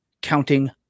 counting